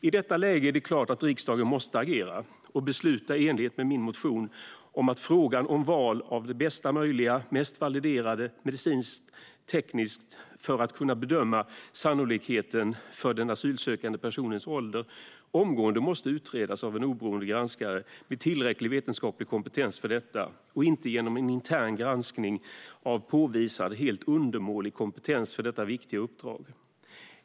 I detta läge är det klart att riksdagen måste agera och besluta i enlighet med min motion som handlar om att frågan om val av bästa möjliga, mest validerade medicinska teknik för att kunna bedöma sannolikheten för en asylsökande persons ålder omgående måste utredas av en oberoende granskare med tillräcklig vetenskaplig kompetens för detta. Det ska inte ske genom en intern granskning av en påvisad helt undermålig kompetens för detta viktiga uppdrag.